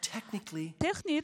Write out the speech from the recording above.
טכנית,